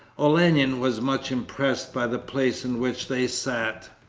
olenin was much impressed by the place in which they sat.